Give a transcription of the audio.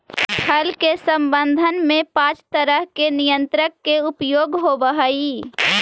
फल के संवर्धन में पाँच तरह के नियंत्रक के उपयोग होवऽ हई